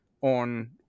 on